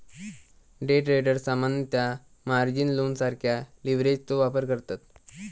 day traders सामान्यतः margin लोनसारख्या लीव्हरेजचो वापर करतत